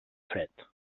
fred